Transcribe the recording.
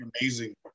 amazing